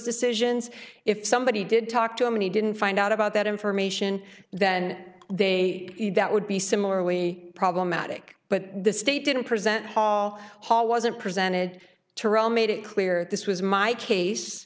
decisions if somebody did talk to him and he didn't find out about that information then they that would be similarly problematic but the state didn't present paul paul wasn't presented to roll made it clear this was my case